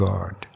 God